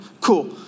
Cool